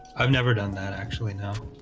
i've never done that actually now